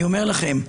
אני אומר לכם,